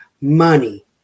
money